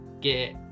get